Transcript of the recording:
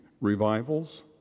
revivals